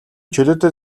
чөлөөтэй